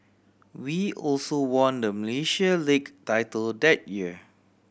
we also won the Malaysia League title that year